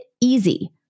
easy